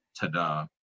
ta-da